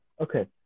Okay